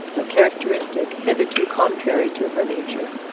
a characteristic hitherto contrary to her nature.